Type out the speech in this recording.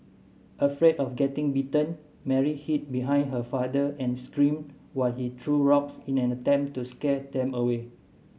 afraid of getting bitten Mary hid behind her father and screamed while he threw rocks in an attempt to scare them away